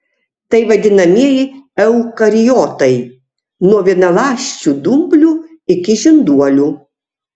tai vadinamieji eukariotai nuo vienaląsčių dumblių iki žinduolių